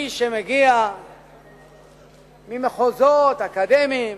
איש שמגיע ממחוזות אקדמיים,